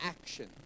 action